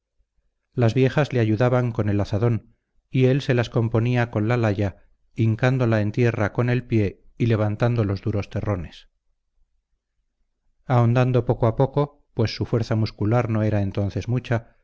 las viejas le ayudaban con el azadón y él se las componía con la laya hincándola en tierra con el pie y levantando los duros terrones ahondando poco a poco pues su fuerza muscular no era entonces mucha